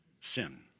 sin